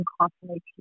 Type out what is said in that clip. constantly